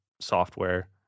software